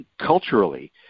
culturally